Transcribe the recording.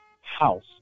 house